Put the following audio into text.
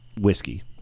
whiskey